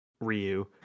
Ryu